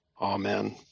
Amen